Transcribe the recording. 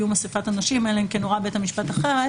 אסיפת הנושים אלא אם כן הורה בית המשפט אחרת.